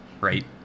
right